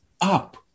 up